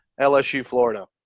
LSU-Florida